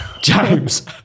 James